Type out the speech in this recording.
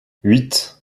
huit